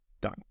done